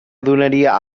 donaria